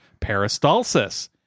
peristalsis